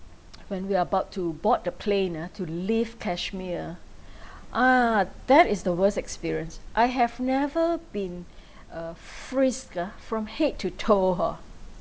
when we are about to board the plane ah to leave kashmir ah ah that is the worst experience I have never been uh frisked ah from head to toe hor